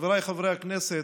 חבריי חברי הכנסת,